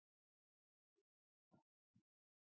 Takk,